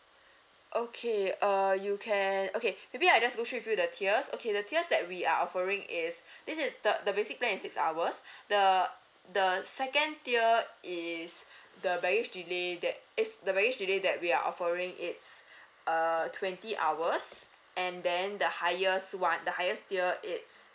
okay uh you can okay maybe I just go through with you the tiers okay the tiers that we are offering is this is the the basic plan is six hours the the the second tier is the baggage delay that it's the baggage delay that we are offering it's err twenty hours and then the highest [one] the highest tier is